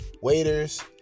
waiters